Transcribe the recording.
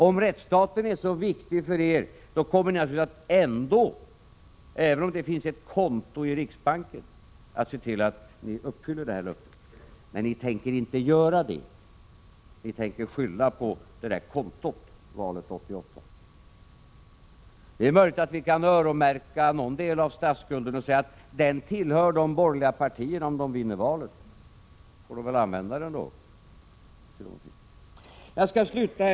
Om rättsstaten är så viktig för er, då kommer ni naturligtvis ändå — oavsett om det finns ett konto i riksbanken — att se till att ni uppfyller ert löfte. Men ni tänker inte göra det. Ni tänker skylla på det där kontot valet 1988. Det är möjligt att vi kan öronmärka någon del av statsskulden och säga att den tillhör de borgerliga partierna, om de vinner valet. Och då får ni väl använda pengarna sedan. 79 Herr talman!